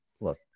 look